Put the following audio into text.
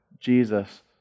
Jesus